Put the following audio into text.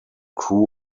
crew